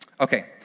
Okay